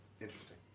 interesting